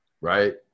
Right